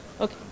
Okay